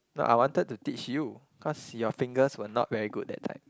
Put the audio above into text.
but I wanted to teach you cause your fingers were not very good that time